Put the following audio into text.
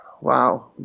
Wow